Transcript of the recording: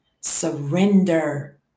surrender